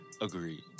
Agreed